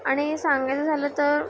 आणि सांगायचं झालं तर